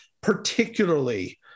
particularly